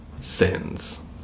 sins